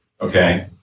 Okay